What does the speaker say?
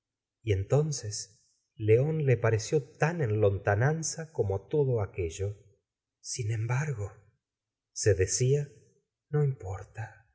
y entonces león le pareció tan en lontananza como todo aquello sin embargo se decía no importa